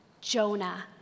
Jonah